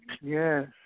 Yes